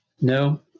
No